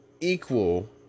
Equal